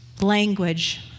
language